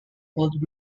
called